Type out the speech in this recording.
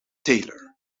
taylor